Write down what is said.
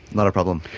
not a problem.